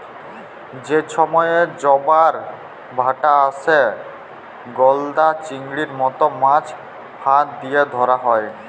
যে সময়ে জবার ভাঁটা আসে, গলদা চিংড়ির মত মাছ ফাঁদ দিয়া ধ্যরা হ্যয়